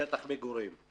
משטח מגורים.